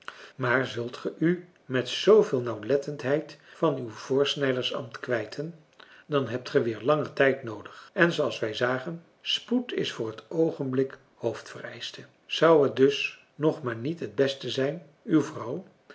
maar zult ge u met zooveel nauwlettendheid van uw voorsnijdersambt kwijten dan hebt ge weer langer tijd noodig en zooals wij zagen spoed is voor t oogenblik hoofdvereischte zou het dus nog maar niet het beste zijn uw vrouw